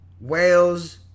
Wales